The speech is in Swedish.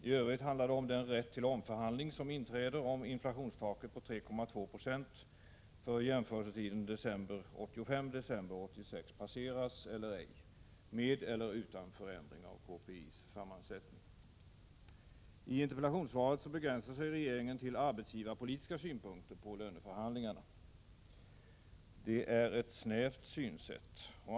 I övrigt handlar det om den rätt till omförhandling som inträder om inflationstaket på 3,2 Jo för jämförelsetiden december 1985-december 1986 passeras med eller utan förändring i KPI:s sammansättning. I interpellationssvaret begränsar sig statsrådet till arbetsgivarpolitiska synpunkter på löneförhandlingarna. Det är ett snävt synsätt.